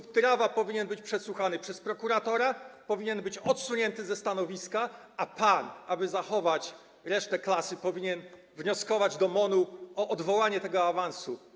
Bp Tyrawa powinien być przesłuchany przez prokuratora, powinien być odsunięty ze stanowiska, a pan, aby zachować resztę klasy, powinien wnioskować do MON-u o odwołanie tego awansu.